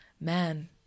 man